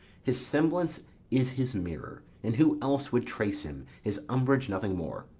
his semblable is his mirror, and who else would trace him, his umbrage, nothing more.